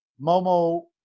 Momo